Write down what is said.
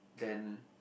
then